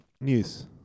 News